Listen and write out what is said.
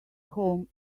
home